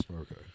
Okay